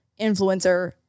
influencer